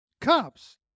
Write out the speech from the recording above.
Cops